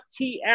FTX